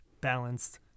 balanced